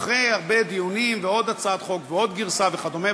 אחרי הרבה דיונים ועוד הצעת חוק ועוד גרסה וכדומה,